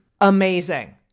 amazing